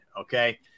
Okay